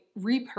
repurpose